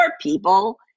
people